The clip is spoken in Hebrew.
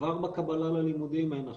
כבר בקבלה ללימודים אין אחידות.